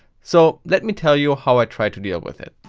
so let me tell you how i try to deal with it.